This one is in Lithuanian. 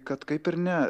kad kaip ir ne